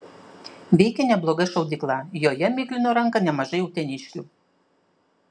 veikė nebloga šaudykla joje miklino ranką nemažai uteniškių